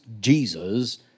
Jesus